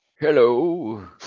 Hello